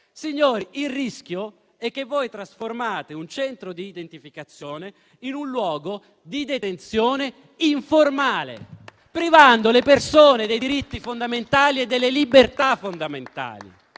Signori, il rischio è che voi trasformiate un centro d'identificazione in un luogo di detenzione informale, privando le persone dei diritti e delle libertà fondamentali.